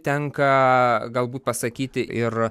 tenka galbūt pasakyti ir